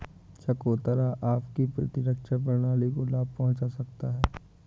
चकोतरा आपकी प्रतिरक्षा प्रणाली को लाभ पहुंचा सकता है